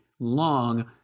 long